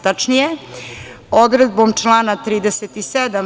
Tačnije, odredbom člana 37.